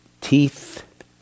teeth